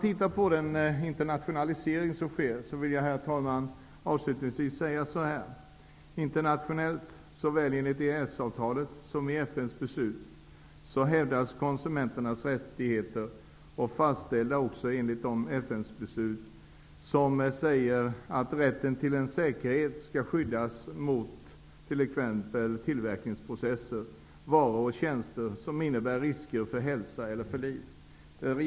När det gäller den internationalisering som sker, vill jag avslutningsvis säga att internationellt, så väl enligt EES-avtalet som i FN:s beslut, hävdas konsumenternas rättigheter. Konsumenternas rättigheter har fastställts i FN:s beslut. Det gäller rätten till säkerhet. Konsumenterna skall t.ex. skyddas mot tillverkningsprocesser, varor och tjänster som innebär risker för hälsa och liv.